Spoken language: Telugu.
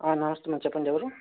నమస్తే మ్యాడమ్ చెప్పండి ఎవరూ